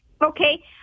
okay